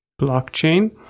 blockchain